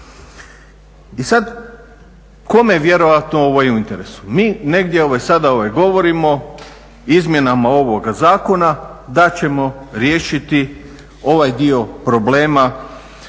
I sad kome je vjerojatno ovo u interesu? Mi negdje sada govorimo izmjenama ovog zakona da ćemo riješiti ovaj dio problema